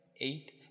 eight